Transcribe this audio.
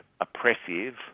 oppressive